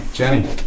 Jenny